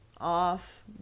off